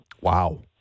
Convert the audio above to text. Wow